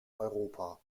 europa